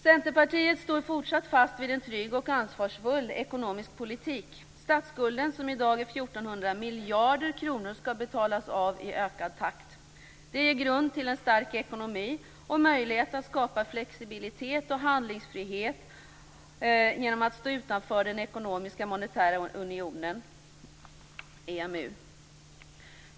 Centerpartiet står fortsatt fast vid en trygg och ansvarsfull ekonomisk politik. Statsskulden, som i dag är 1 400 miljarder kronor, skall i ökad takt betalas av. Det ger en grund för en stark ekonomi och möjlighet att skapa flexibilitet och handlingsfrihet genom att stå utanför den ekonomiska monetära unionen, EMU.